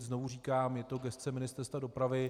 Znovu říkám, je to gesce Ministerstva dopravy.